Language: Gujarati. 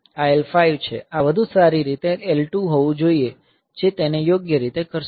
આ L5 છે આ વધુ સારી રીતે L2 હોવું જોઈએ જે તેને યોગ્ય રીતે કરશે